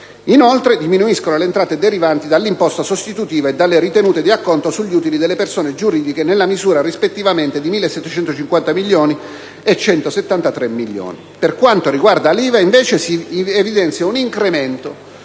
Inoltre, diminuiscono le entrate derivanti dall'imposta sostitutiva e dalle ritenute di acconto sugli utili delle persone giuridiche nella misura, rispettivamente, di 1.751 milioni e 173 milioni. Per quanto riguarda l'IVA, invece, si evidenzia un incremento